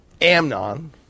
Amnon